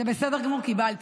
זה בסדר גמור, קיבלתי.